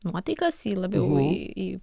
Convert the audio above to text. nuotaikas į labiau į